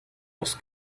was